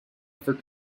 ever